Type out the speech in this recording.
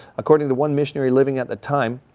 according to one missionary living at the time,